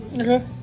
Okay